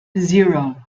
zero